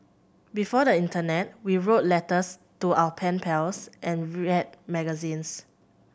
before the internet we wrote letters to our pen pals and read magazines